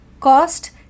cost